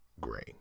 gray